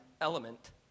element